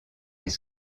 les